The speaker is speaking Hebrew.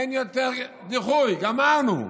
אין יותר דיחוי, גמרנו.